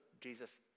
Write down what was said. Jesus